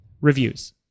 Reviews